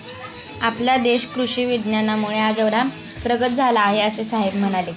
आपला देश कृषी विज्ञानामुळे आज एवढा प्रगत झाला आहे, असे साहेब म्हणाले